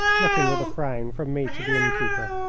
looking with a frown from me to the innkeeper.